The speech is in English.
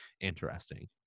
interesting